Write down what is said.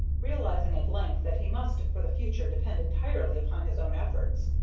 realizing at length that he must for the future depend entirely upon his own efforts,